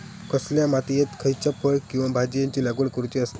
कसल्या मातीयेत खयच्या फळ किंवा भाजीयेंची लागवड करुची असता?